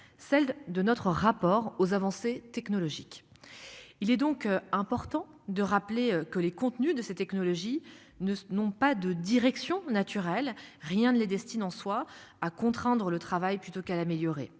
Celle de notre rapport aux avancées technologiques. Il est donc important de rappeler que les contenus de ces technologies ne non pas de direction naturelle. Rien ne les destinant soit à contraindre le travail plutôt qu'à l'améliorer.